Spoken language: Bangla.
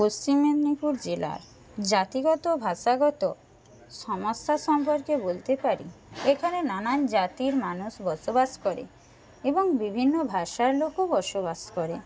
পশ্চিম মেদিনীপুর জেলার জাতিগত ভাষাগত সমস্যা সম্পর্কে বলতে পারি এখানে নানান জাতির মানুষ বসবাস করে এবং বিভিন্ন ভাষার লোকও বসবাস করে